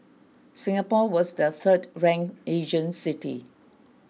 Singapore was the third ranked Asian city